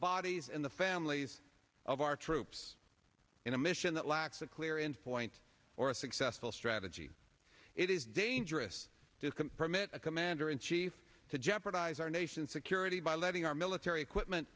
bodies in the families of our troops in a mission that lacks a clear in point or a successful strategy it is dangerous to permit a commander in chief to jeopardize our nation's security by letting our military equipment